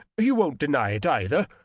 you won't deny it, either,